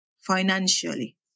financially